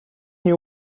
nie